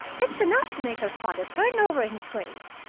it's enough to make her father turn over in his grave.